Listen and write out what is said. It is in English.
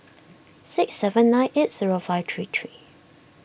six seven nine eight zero five three three